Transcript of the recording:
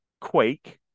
Quake